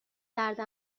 کرده